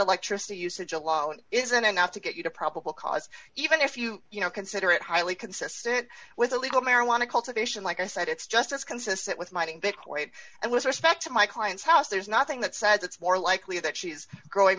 electricity usage alone isn't enough to get you to probable cause even if you you know consider it highly consistent with a legal marijuana cultivation like i said it's just as consistent with mining and with respect to my client's house there's nothing that says it's more likely that she's growing